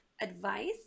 advice